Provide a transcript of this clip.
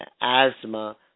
asthma